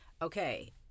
Okay